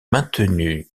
maintenue